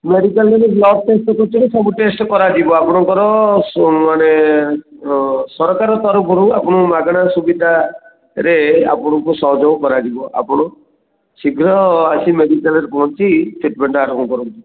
ମେଡ଼ିକାଲ୍ରେ ଯଦି blood test କରୁଛନ୍ତି ସବୁ ଟେଷ୍ଟ କରାଯିବ ଆପଣଙ୍କର ସରକାର ତରଫରୁ ଆପଣ ମାଗଣା ସୁବିଧାରେ ଆପଣଙ୍କୁ ସହଯୋଗ କରାଯିବ ଆପଣ ଶୀଘ୍ର ଆସିକି ମେଡ଼ିକାଲ୍ରେ ପହଁଞ୍ଚି ଟ୍ରିଟ୍ମେଣ୍ଟଟା ଆରମ୍ଭ କରନ୍ତୁ